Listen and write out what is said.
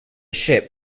ship